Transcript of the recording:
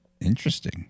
Interesting